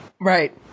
Right